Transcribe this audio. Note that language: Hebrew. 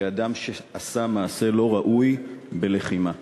כאדם שעשה מעשה לא ראוי בלחימה.